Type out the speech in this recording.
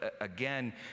again